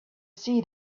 see